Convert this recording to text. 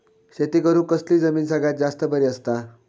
शेती करुक कसली जमीन सगळ्यात जास्त बरी असता?